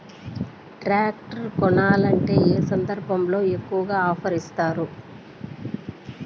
Tractor కొనాలంటే ఏ సందర్భంలో ఎక్కువగా ఆఫర్ ఇస్తారు?